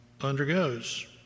undergoes